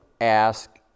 ask